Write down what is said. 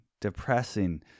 depressing